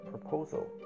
proposal